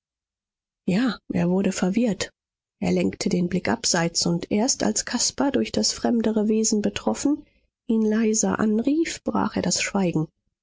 ja er wurde verwirrt er lenkte den blick abseits und erst als caspar durch das fremdere wesen betroffen ihn leise anrief brach er das schweigen